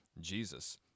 Jesus